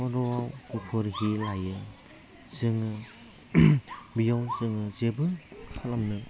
खर'आव गुफुर सि लायो जोङो बेयाव जोङो जेबो खालामनो